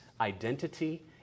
identity